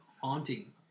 haunting